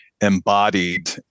embodied